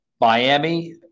Miami